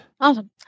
Awesome